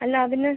അല്ല അതിന്